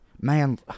Man